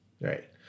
Right